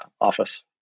office